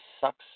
sucks